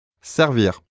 servir